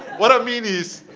what i mean is,